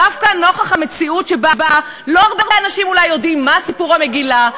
דווקא נוכח המציאות שבה לא הרבה אנשים אולי יודעים מה סיפור המגילה,